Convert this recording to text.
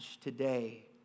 today